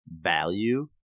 value